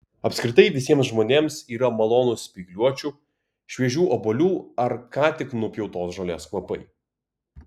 apskritai visiems žmonėms yra malonūs spygliuočių šviežių obuolių ar ką tik nupjautos žolės kvapai